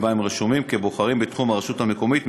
שבה הם רשומים כבוחרים ברשות המקומית,